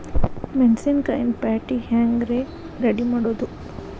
ಮೆಣಸಿನಕಾಯಿನ ಪ್ಯಾಟಿಗೆ ಹ್ಯಾಂಗ್ ರೇ ರೆಡಿಮಾಡೋದು?